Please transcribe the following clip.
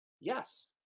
Yes